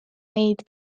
neid